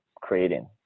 creating